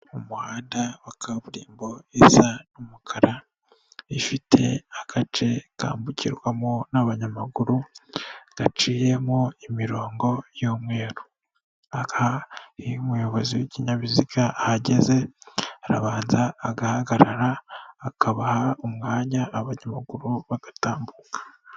Mu muhanda wa kaburimbo isa n'umukara, ifite agace kambukirwamo n'abanyamaguru, gaciyemo imirongo y'umweru, aha iyo umuyobozi w'ikinyabiziga ahageze, arabanza agahagarara, akabaha umwanya abanyamaguru bagatambuka.